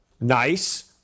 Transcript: Nice